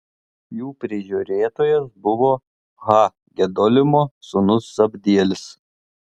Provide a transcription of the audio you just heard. jų prižiūrėtojas buvo ha gedolimo sūnus zabdielis